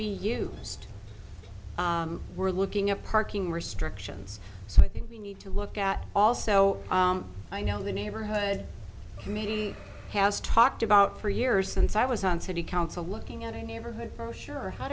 be used we're looking at parking restrictions so i think we need to look at all so i know the neighborhood committee has talked about for years since i was on city council looking at a neighborhood for sure how